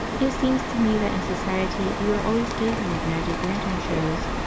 it seems to me that in society we are always gazing at magic-lantern shows,